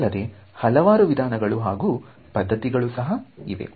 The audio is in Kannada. ಇದಲ್ಲದೆ ಹಲವಾರು ವಿಧಾನಗಳು ಹಾಗೂ ಪದ್ಧತಿಗಳು ಸಹ ಇವೆ